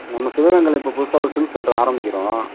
நம்ம சிவகங்கையில் இப்போ புதுசாக ஒரு சில்க்ஸ் சென்ட்ரு ஆரமிக்கிறோம்